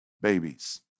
babies